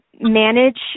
manage